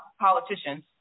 politicians